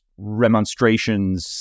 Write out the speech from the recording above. remonstrations